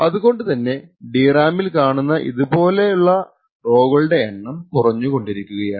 അതുകൊണ്ടു തന്നെDRAM ൽ കാണുന്ന ഇതുപോലുള്ള റൊകളുടെ എണ്ണം കുറഞ്ഞുകൊണ്ടിരിക്കുകയാണ്